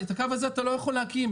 "..את הקו הזה אתה לא יכול להקים.